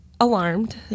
alarmed